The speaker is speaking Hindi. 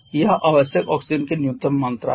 यह आवश्यक ऑक्सीजन की न्यूनतम मात्रा है